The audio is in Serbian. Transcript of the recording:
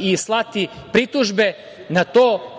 i slati pritužbe na to